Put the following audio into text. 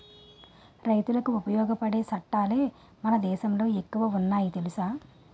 రైతులకి ఉపయోగపడే సట్టాలే మన దేశంలో ఎక్కువ ఉన్నాయి తెలుసా